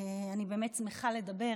אני באמת שמחה לדבר